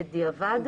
זה בדיעבד?